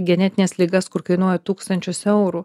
genetines ligas kur kainuoja tūkstančius eurų